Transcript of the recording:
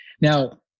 now